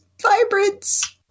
vibrance